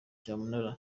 cyamunara